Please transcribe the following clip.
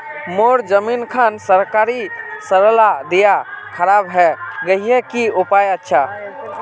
मोर जमीन खान सरकारी सरला दीया खराब है गहिये की उपाय अच्छा?